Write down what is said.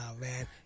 man